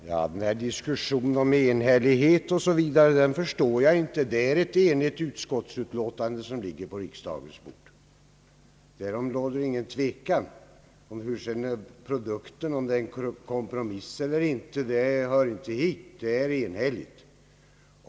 Herr talman! Diskussionen om enhälligheten förstår jag inte. Det är ett enhälligt uttalande som ligger på riksdagens bord. Därom råder ingen tvekan. Om det är en kompromiss eller inte hör inte hit. Det är enhälligt.